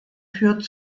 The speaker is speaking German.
führt